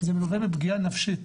זה מלווה בפגיעה נפשית